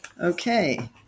Okay